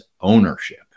ownership